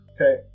Okay